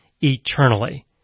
eternally